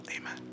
Amen